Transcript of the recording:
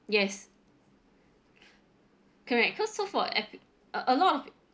yes correct cause so for epi~ a lot of